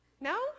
No